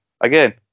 again